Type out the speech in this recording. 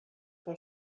pour